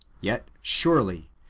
yet surely,